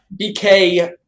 bk